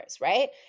right